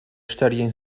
studying